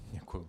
Děkuju.